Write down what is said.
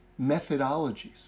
methodologies